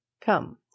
Come